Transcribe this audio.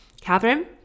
Catherine